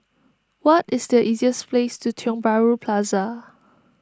what is the easiest ways to Tiong Bahru Plaza